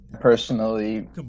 Personally